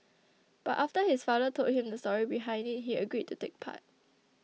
but after his father told him the story behind it he agreed to take part